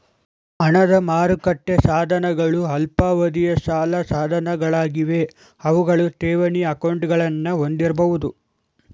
ಹಣದ ಮಾರುಕಟ್ಟೆ ಸಾಧನಗಳು ಅಲ್ಪಾವಧಿಯ ಸಾಲ ಸಾಧನಗಳಾಗಿವೆ ಅವುಗಳು ಠೇವಣಿ ಅಕೌಂಟ್ಗಳನ್ನ ಹೊಂದಿರಬಹುದು